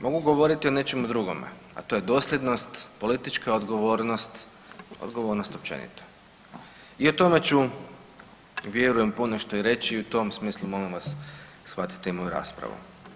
Mogu govoriti o nečem drugome, a to je dosljednost, politička odgovornost, odgovornost općenito i o tome ću vjerujem ponešto i reći i u tom smislu molim vas shvatite i moju raspravu.